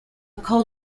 cul